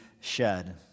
shed